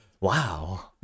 Wow